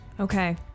Okay